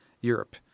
Europe